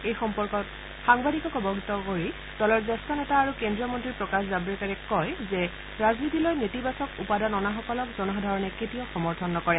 এই সম্পৰ্কত সাংবাদিকক অৱগত কৰি দলৰ জ্যেষ্ঠ নেতা আৰু কেন্দ্ৰীয় মন্তী প্ৰকাশ জাত্ৰেকাৰে কয় যে ৰাজনীতিলৈ নেতিবাচক উপাদান অনাসকলক জনসাধাৰণে কেতিয়াও সমৰ্থন নকৰে